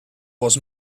was